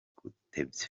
gutebya